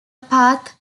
path